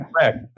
correct